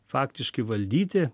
faktiškai valdyti